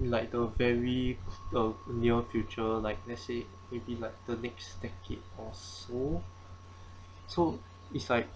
like the very the near future like let's say within the next decade or so so it's like